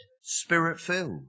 spirit-filled